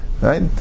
Right